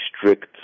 strict